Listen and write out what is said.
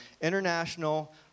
international